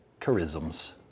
charisms